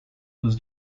was